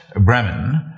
Bremen